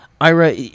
Ira